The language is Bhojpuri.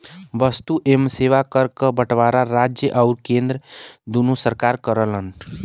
वस्तु एवं सेवा कर क बंटवारा राज्य आउर केंद्र दूने सरकार करलन